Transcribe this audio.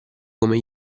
come